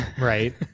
right